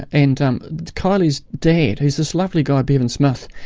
and kylie's dad, who's this lovely guy, bevan smith,